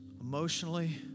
emotionally